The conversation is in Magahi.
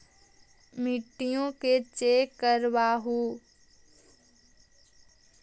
मिट्टीया के चेक करबाबहू?